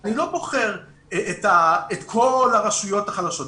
אני לא בוחן את כל הרשויות החלשות,